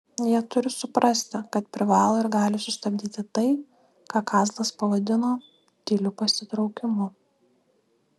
jie turi suprasti kad privalo ir gali sustabdyti tai ką kazlas pavadino tyliu pasitraukimu